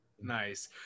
Nice